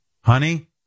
honey